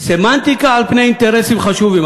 סמנטיקה על פני אינטרסים חשובים.